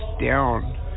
down